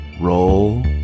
roll